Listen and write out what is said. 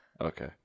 Okay